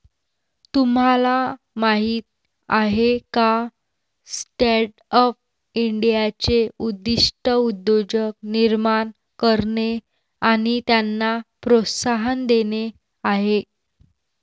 तुम्हाला माहीत आहे का स्टँडअप इंडियाचे उद्दिष्ट उद्योजक निर्माण करणे आणि त्यांना प्रोत्साहन देणे आहे